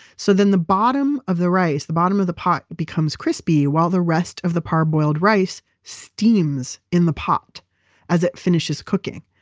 so then, the bottom of the rice, the bottom of the pot becomes crispy while the rest of the parboiled rice steams in the pot as it finishes cooking.